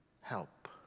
Help